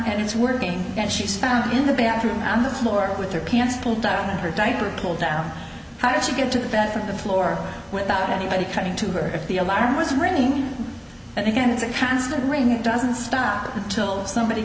and it's working and she's found in the bathroom on the floor with their pants pulled down and her diaper pulled down how did she get to the bathroom the floor without anybody coming to her if the alarm was ringing and again it's a constant rain it doesn't stop until somebody